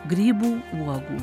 grybų uogų